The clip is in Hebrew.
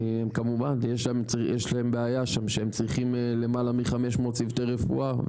כמובן יש להם בעיה שם שהם צריכים למעלה מ-500 צוותי רפואה,